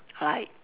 like